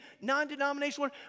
non-denominational